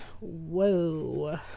Whoa